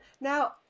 Now